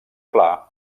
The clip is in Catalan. pla